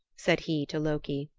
said he to loki.